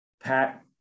Pat